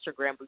Instagram